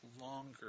longer